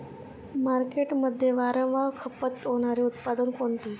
मार्केटमध्ये वारंवार खपत होणारे उत्पादन कोणते?